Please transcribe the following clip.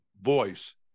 voice